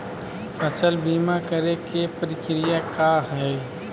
फसल बीमा करे के प्रक्रिया का हई?